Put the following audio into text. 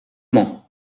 main